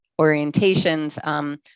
orientations